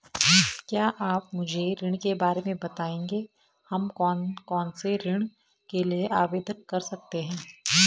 क्या आप मुझे ऋण के बारे में बताएँगे हम कौन कौनसे ऋण के लिए आवेदन कर सकते हैं?